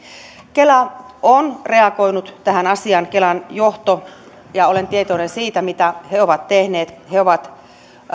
kelan johto on reagoinut tähän asiaan ja olen tietoinen siitä mitä he ovat tehneet he ovat